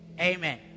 Amen